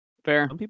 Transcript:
Fair